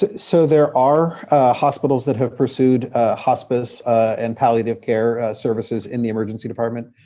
so there are hospitals that have pursued hospice and palliative care services in the emergency department.